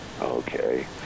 okay